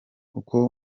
uko